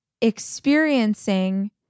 experiencing